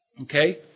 Okay